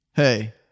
Hey